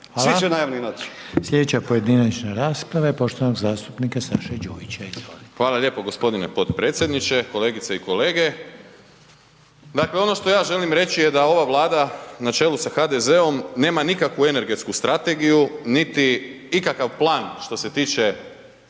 (HDZ)** Slijedeća pojedinačna rasprava je poštovanog zastupnika Saše Đujića, izvolite. **Đujić, Saša (SDP)** Hvala lijepo g. potpredsjedniče, kolegice i kolege, dakle, ono što ja želim reći je da ova Vlada na čelu sa HDZ-om nema nikakvu energetsku strategiju, niti ikakav plan što se tiče